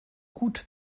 gut